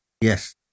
Yes